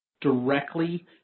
directly